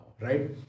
Right